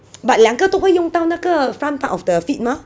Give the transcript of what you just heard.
but 两个都会用到那个 front part of the feet mah